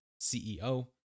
CEO